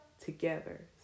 together